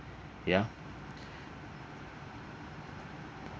ya